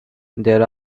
there